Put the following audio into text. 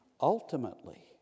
...ultimately